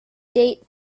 date